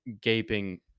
gaping